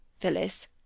Phyllis